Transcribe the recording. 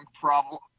problem